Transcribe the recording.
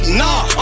nah